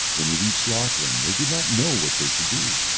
when they reached lochlann they did not know what they should do.